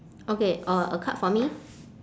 okay uh a card for me